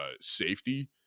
safety